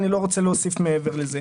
ואני לא רוצה להוסיף מעבר לזה.